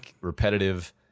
Repetitive